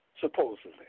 supposedly